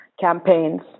campaigns